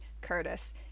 Curtis